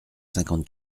cinquante